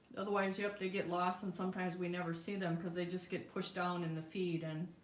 otherwise, yep, they get lost and sometimes we never see them because they just get pushed down in the feed and